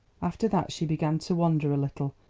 after that she began to wander a little,